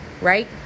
right